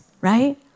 right